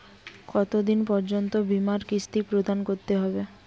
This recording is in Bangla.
কতো দিন পর্যন্ত বিমার কিস্তি প্রদান করতে হবে?